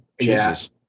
Jesus